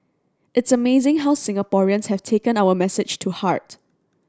it's amazing how Singaporeans have taken our message to heart